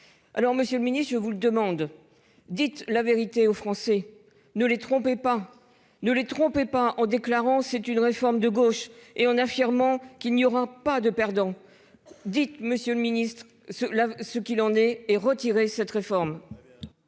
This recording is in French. Alors Monsieur le Ministre, je vous le demande. Dites la vérité aux Français, ne les trompait pas nous les trompait pas en déclarant, c'est une réforme de gauche et en affirmant qu'il n'y aura pas de perdants. Dites, Monsieur le Ministre ce là ce qu'il en est et retirer cette réforme.